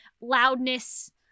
loudness